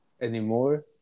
Anymore